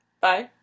Bye